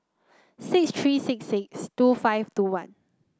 six three six six two five two one